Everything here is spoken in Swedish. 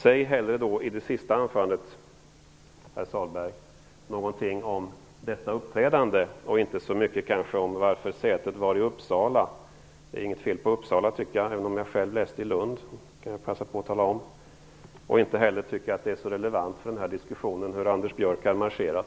Säg hellre i den sista repliken, herr Sahlberg, något om detta uppträdande och tala kanske inte så mycket om varför sätet var i Uppsala! Det är inget fel på Uppsala, tycker jag som läste i Lund - det kan jag väl passa på att tala om. Inte heller tycker jag att det är särskilt relevant för den här diskussionen hur Anders Björck marscherat.